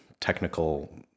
technical